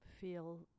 feel